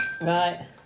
Right